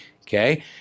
okay